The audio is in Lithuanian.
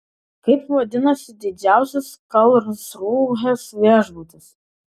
kaip vadinasi didžiausias karlsrūhės viešbutis